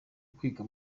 kwiga